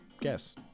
guess